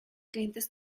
clientes